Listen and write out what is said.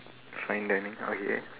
fine dining okay